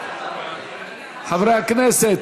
חברי הכנסת.